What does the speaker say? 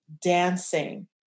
dancing